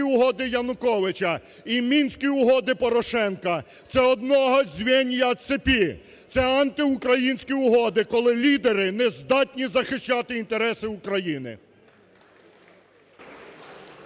угоди Януковича і Мінські угоди Порошенка – це однієї звенья цепи! Це антиукраїнські угоди, коли лідери не здатні захищати інтереси України.